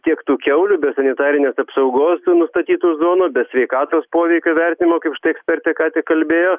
kiek tų kiaulių be sanitarinės apsaugos sui nustatytų zonų be sveikatos poveikio vertinimo kaip štai ekspertė ką tik kalbėjo